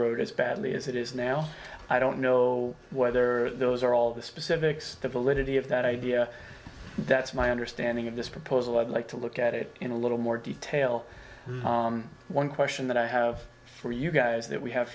erode as badly as it is now i don't know why there are those are all the specifics the validity of that idea that's my understanding of this proposal i'd like to look at it in a little more detail one question that i have for you guys that we have